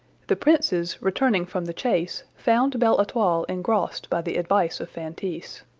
the princes, returning from the chase, found belle-etoile engrossed by the advice of feintise.